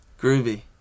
groovy